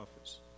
office